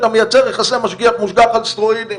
אתה יוצר יחסי משגיח-מושגח על סטרואידים,